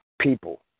people